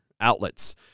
outlets